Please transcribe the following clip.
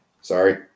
Sorry